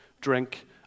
drink